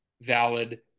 valid